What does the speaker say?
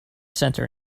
centre